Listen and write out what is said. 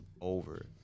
over